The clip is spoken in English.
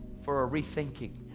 for a rethinking.